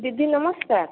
ଦିଦି ନମସ୍କାର